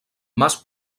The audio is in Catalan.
mas